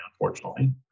unfortunately